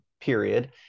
period